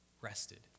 rested